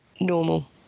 normal